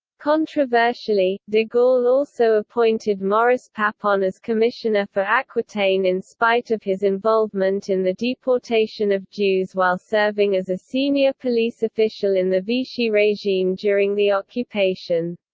controversially, de gaulle also appointed maurice papon as commissioner for aquitaine in spite of his involvement in the deportation of jews while serving as a senior police official in the vichy regime during the occupation.